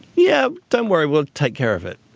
yeah, don't worry, we'll take care of it.